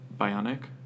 Bionic